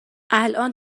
الان